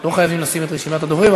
לא חייבים לשים את רשימת הדוברים.